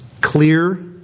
clear